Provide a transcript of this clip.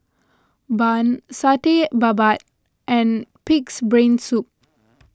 Bun Satay Babat and Pig's Brain Soup